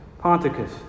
Ponticus